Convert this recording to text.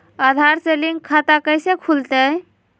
आधार से लिंक खाता कैसे खुलते?